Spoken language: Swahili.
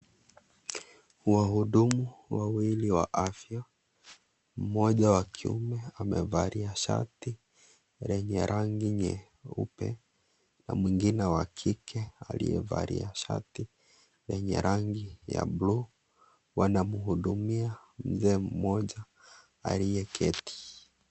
Wahudumu wawili wa afya. Mmoja wa kiume amevalia shati lenye rangi nyeupe na mwingine wa kike aliyevalia shati lenye rangi ya buluu, wanamhudumia mzee mmoja aliyeketi.